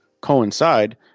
coincide